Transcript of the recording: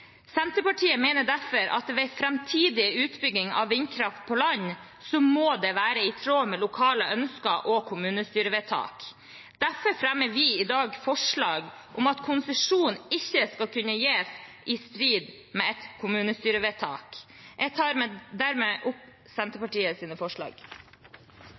Senterpartiet mener derfor at ved framtidig utbygging av vindkraft på land må dette være i tråd med lokale ønsker og kommunestyrevedtak. Derfor fremmer vi i dag forslag om at konsesjon ikke skal kunne gis i strid med et kommunestyrevedtak. Jeg tar hermed opp det forslaget Senterpartiet er med på. Representanten Sandra Borch har teke opp